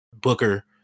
Booker